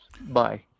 Bye